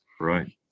Right